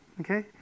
Okay